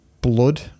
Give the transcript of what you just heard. blood